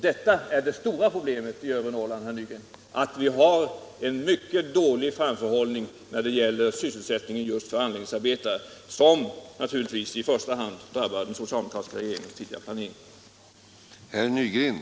Det stora problemet i övre Norrland, herr Nygren, är att vi har en mycket dålig framförhållning när det gäller sysselsättningen för anläggningsarbetare, något som naturligtvis i första hand är orsakat av den socialdemokratiska regeringens tidigare planering.